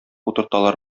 утырталар